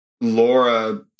Laura